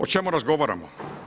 O čemu razgovaramo?